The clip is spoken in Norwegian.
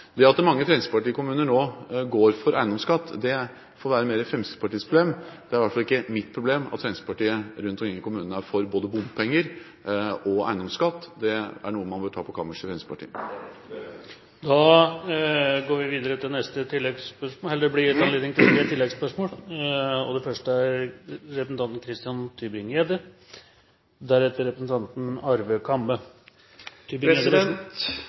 Det at mange fremskrittspartikommuner nå går for eiendomsskatt, får være Fremskrittspartiets problem. Det er iallfall ikke mitt problem at Fremskrittspartiet rundt omkring i kommunene er for både bompenger og eiendomsskatt. Det er noe man bør ta på kammerset i Fremskrittspartiet. Det vet du er løgn. Det blir gitt anledning til tre oppfølgingsspørsmål – først Christian Tybring-Gjedde. Det var interessant å høre statsministerens rimelig enkle økonomiske filosofi, at skattelettelser er automatisk mindre til